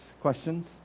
Questions